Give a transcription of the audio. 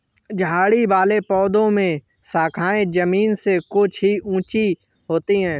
झाड़ी वाले पौधों में शाखाएँ जमीन से कुछ ही ऊँची होती है